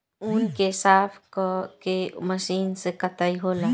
ऊँन के साफ क के मशीन से कताई होला